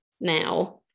now